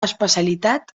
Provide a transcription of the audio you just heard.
especialitat